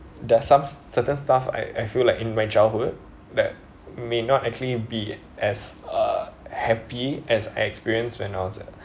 there's some certain stuff I I feel like in my childhood that may not actually be as uh happy as I experienced when I was